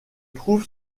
trouve